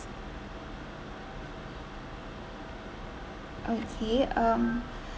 okay um